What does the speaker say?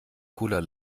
cooler